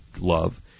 love